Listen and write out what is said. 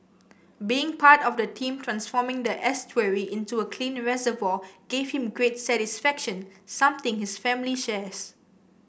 being part of the team transforming the estuary into a clean reservoir gave him great satisfaction something his family shares